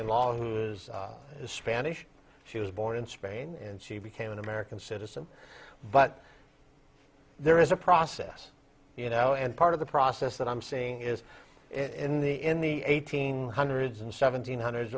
in law who is spanish she was born in spain and she became an american citizen but there is a process you know and part of the process that i'm seeing is in the in the eighteen hundreds and seven hundred